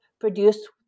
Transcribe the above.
produced